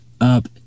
up